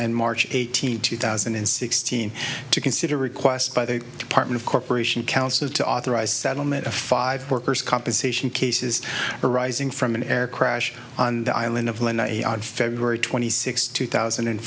and march eighteenth two thousand and sixteen to consider a request by the department corporation counsel to authorize settlement of five workers compensation cases arising from an air crash on the island of lanai on february twenty sixth two thousand and